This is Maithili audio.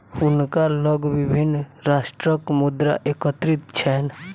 हुनका लग विभिन्न राष्ट्रक मुद्रा एकत्रित छैन